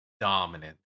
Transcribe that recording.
dominant